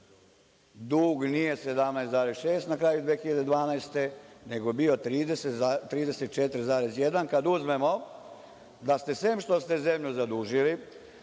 Dug nije 17,6 na kraju 2012. godine nego je bio 34,1. Kad uzmemo da ste sem što ste zemlju zadužili,